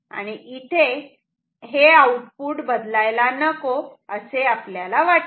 आणि इथे आउटपुट बदलायला नको असे आपल्याला वाटते